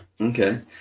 Okay